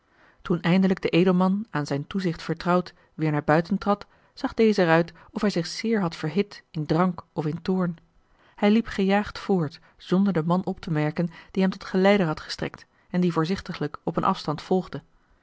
toen eindelijk de edelman aan zijn toezicht vertrouwd weêr naar buiten trad zag deze er uit of hij zich zeer had verhit in drank of in toorn hij liep gejaagd voort zonder den man op te merken die hem tot geleider had gestrekt en die voorzichtiglijk op een afstand volgde